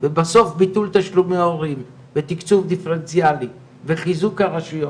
ובסוף ביטול תשלומי הורים ותקצוב דיפרנציאלי וחיזוק הרשויות,